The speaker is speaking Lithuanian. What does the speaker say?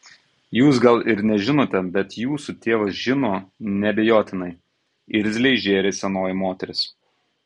jūs gal ir nežinote bet jūsų tėvas žino neabejotinai irzliai žėrė senoji moteris